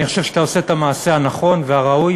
אני חושב שאתה עושה את המעשה הנכון והראוי,